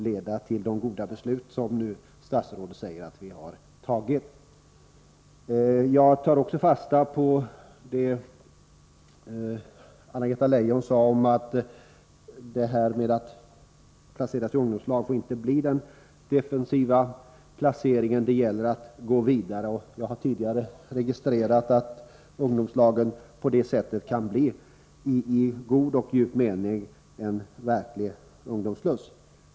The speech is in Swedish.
Herr talman! Arbetsmarknadsministerns goda ord om den kloka riksdagen får väl knappast stå oemotsagda. Jag skulle vilja turnera dem och säga: Ju längre arbetsmarknadsministern har talat här i debatten i riksdagen, desto klokare har det blivit. Sensmoralen skulle vara att det skulle vara till fördel om arbetsmarknadsministern umgicks mer med arbetsmarknadspolitikeririksdagen och möjligen höll tillbaka umgänget på annat håll— jag tror att det skulle leda till de goda beslut som statsrådet nu säger att vi har fattat. Jag tar också fasta på det Anna-Greta Leijon sade om att en placering i ungdomslag inte får bli en defensiv placering, utan att det gäller att gå vidare. Jag har tidigare registrerat att ungdomslagen på det sättet i god och djup mening kan bli en verklig ungdomssluss.